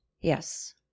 Yes